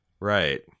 Right